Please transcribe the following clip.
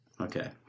Okay